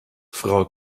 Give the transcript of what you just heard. frau